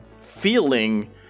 feeling